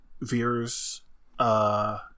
Veer's